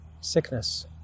Sickness